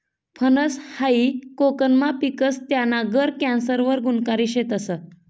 फनस हायी कोकनमा पिकस, त्याना गर कॅन्सर वर गुनकारी शेतस